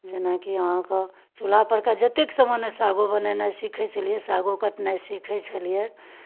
जेनाकि अहाँके चूल्हापर के जतेक सामान सागो बनेनाइ सीखै छलियै सागो कटनाइ सीखै छलियै